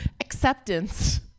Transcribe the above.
Acceptance